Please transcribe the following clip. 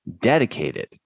dedicated